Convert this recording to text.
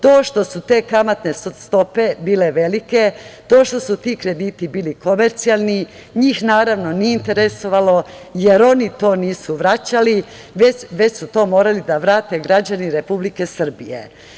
To što su te kamatne stope bile velike, to što su ti krediti bili komercijalni, njih naravno nije interesovalo, jer oni to nisu vraćali, već su to morali da vrate građani Republike Srbije.